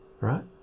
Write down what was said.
right